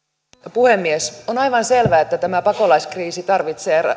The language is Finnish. puhemies on aivan selvää että tämä pakolaiskriisi tarvitsee